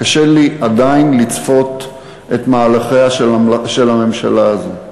קשה לי עדיין לצפות את מהלכיה של הממשלה הזאת.